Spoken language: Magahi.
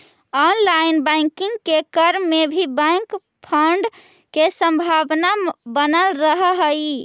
ऑनलाइन बैंकिंग के क्रम में भी बैंक फ्रॉड के संभावना बनल रहऽ हइ